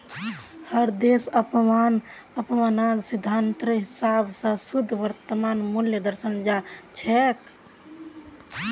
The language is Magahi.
हर देशक अपनार सिद्धान्तेर हिसाब स शुद्ध वर्तमान मूल्यक दर्शाल जा छेक